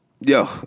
Yo